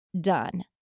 done